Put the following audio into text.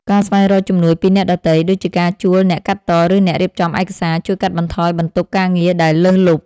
ការស្វែងរកជំនួយពីអ្នកដទៃ ដូចជាការជួលអ្នកកាត់ត ឬអ្នករៀបចំឯកសារ ជួយកាត់បន្ថយបន្ទុកការងារដែលលើសលប់។